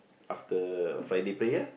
after Friday prayer